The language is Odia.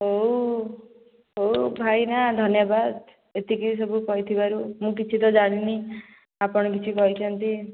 ହଉ ହଉ ଭାଇନା ଧନ୍ୟବାଦ ଏତିକି ସବୁ କହିଥିବାରୁ ମୁଁ ତ କିଛି ତ ଜାଣିନି ଆପଣ କିଛି କହିଛନ୍ତି